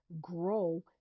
grow